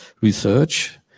research